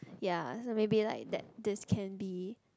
ya so maybe like that this can be